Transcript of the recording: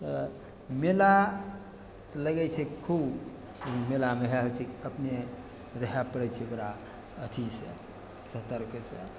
तऽ मेला लगय छै खूब मेलामे वएह होइ छै अपने रहय पड़य छै थोड़ा अथीसँ सतर्कसँ